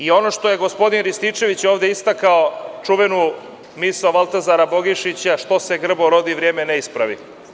Ono što je gospodin Rističević ovde istakao, čuvenu misao Valtazara Bogišića - što se grbo rodi, vrijeme ne ispravi.